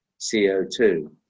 CO2